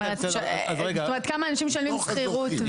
זאת אומרת כמה אנשים משלמים שכירות.